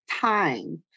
time